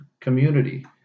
community